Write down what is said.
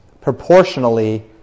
proportionally